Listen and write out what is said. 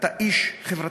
אתה איש חברתי,